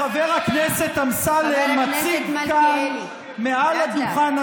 חבר הכנסת מלכיאלי, לאט-לאט.